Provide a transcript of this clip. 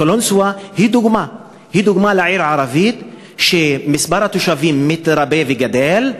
קלנסואה היא דוגמה לעיר ערבית שמספר התושבים בה מתרבה וגדל,